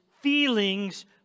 feelings